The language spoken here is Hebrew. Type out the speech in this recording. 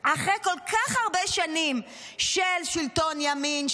אחרי כל כך הרבה שנים של שלטון ימין,